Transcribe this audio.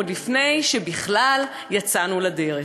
עוד לפני שבכלל יצאנו לדרך,